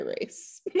race